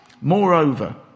Moreover